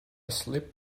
slip